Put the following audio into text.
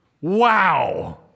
Wow